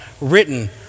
written